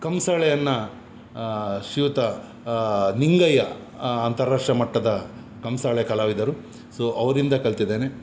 ಕಂಸಾಳೆಯನ್ನ ಶ್ರೀಯುತ ನಿಂಗಯ್ಯ ಅಂತರಾಷ್ಟ್ರೀಯ ಮಟ್ಟದ ಕಂಸಾಳೆ ಕಲಾವಿದರು ಸೊ ಅವರಿಂದ ಕಲಿತಿದ್ದೇನೆ